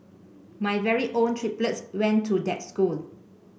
my very own triplets went to that school